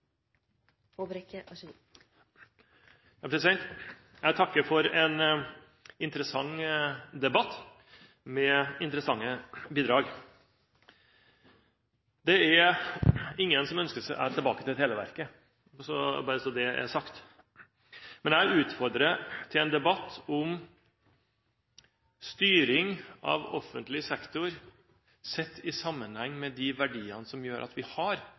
ønsker seg tilbake til Televerket – bare så det er sagt – men jeg utfordrer til en debatt om styring av offentlig sektor sett i sammenheng med de verdiene som gjør at vi har